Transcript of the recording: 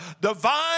divine